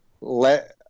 Let